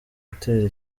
gutera